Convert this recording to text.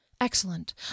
Excellent